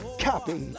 copy